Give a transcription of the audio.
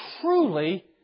truly